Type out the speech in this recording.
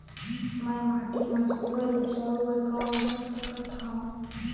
मैं माटी मा सुघ्घर उपजाऊ बर कौन कर सकत हवो?